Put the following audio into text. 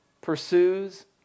pursues